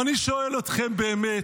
ואני שואל אתכם באמת,